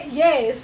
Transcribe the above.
yes